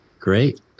Great